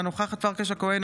אינה נוכחת אורית פרקש הכהן,